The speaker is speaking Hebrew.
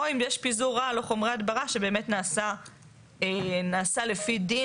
או אם יש פיזור רעל או חומרי הדברה שבאמת נעשה לפי דין.